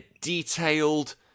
detailed